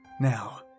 Now